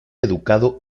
educado